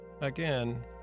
Again